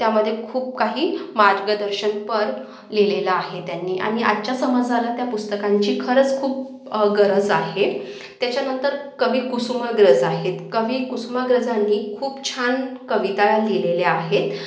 त्यामध्ये खूप काही मार्गदर्शनपर लिहिलेलं आहे त्यांनी आणि आजच्या समाजाला त्या पुस्तकांची खरंच खूप गरज आहे त्याच्यानंतर कवी कुसुमाग्रज आहेत कवी कुसुमाग्रजांनी खूप छान कविता लिहिलेल्या आहेत